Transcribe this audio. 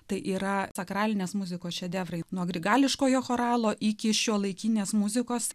tai yra sakralinės muzikos šedevrai nuo grigališkojo choralo iki šiuolaikinės muzikos